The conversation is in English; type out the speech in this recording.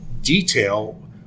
detail